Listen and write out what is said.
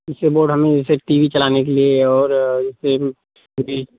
जैसे बोर्ड हमें T V चलाने के लिए और जैसे फ्रीज